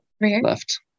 Left